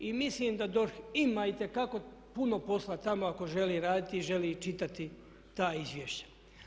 I mislim da DORH ima itekako puno posla tamo ako želi raditi i želi čitati ta izvješća.